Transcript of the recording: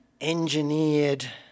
engineered